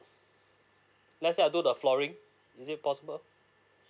let's say I do the flooring is it possible